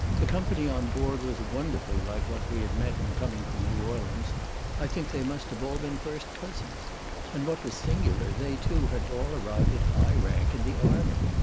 the company on board was wonderfully like what we had met in coming from new orleans i think they must have all been first cousins and what was singular, they too had all arrived at high rank in the army.